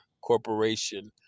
corporation